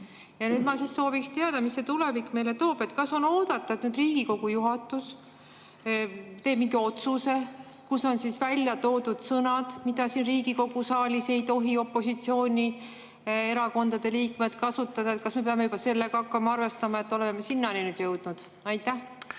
Ja nüüd ma siis sooviks teada, mida tulevik meile toob. Kas on oodata, et Riigikogu juhatus teeb mingi otsuse, kus on välja toodud sõnad, mida siin Riigikogu saalis ei tohi opositsioonierakondade liikmed kasutada? Kas me peame hakkama arvestama, et me oleme nüüd sinnani jõudnud? Jaa.